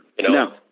no